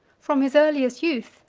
from his earliest youth,